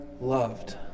loved